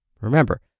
Remember